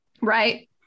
right